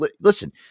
listen